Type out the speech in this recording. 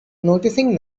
noticing